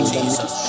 Jesus